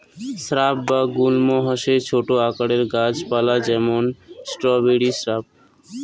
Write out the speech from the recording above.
shrub বা গুল্ম হসে ছোট আকারের গাছ পালা যেমন স্ট্রবেরি স্রাব